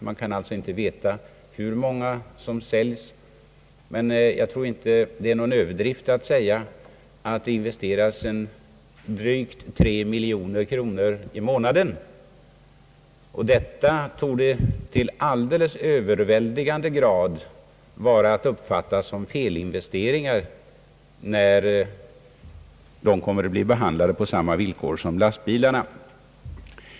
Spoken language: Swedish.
Man kan sålunda inte veta hur många som säljs, men jag tror inte att det är någon överdrift att säga att det investeras drygt 3 miljoner kronor i månaden. Detta torde till alldeles övervägande grad vara att uppfatta som felinvesteringar när dumprarna kommer att bli behandlade på samma villkor som lastbilarna.